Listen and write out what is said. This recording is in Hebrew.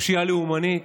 פשיעה לאומנית.